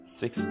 six